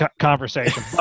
conversation